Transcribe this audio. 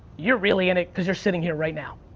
you're really in cuz you're sitting here right now.